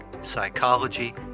psychology